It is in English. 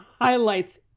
highlights